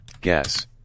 Guess